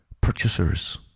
purchasers